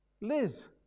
Liz